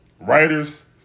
writers